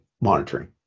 monitoring